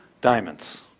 diamonds